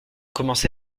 commencé